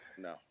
No